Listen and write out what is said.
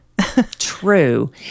True